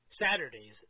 Saturdays